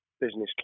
business